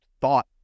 thought